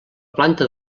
planta